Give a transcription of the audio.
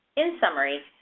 in summary,